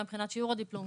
גם מבחינת שיעור הדיפלום,